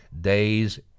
days